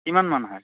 কিমানমান হয়